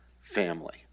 family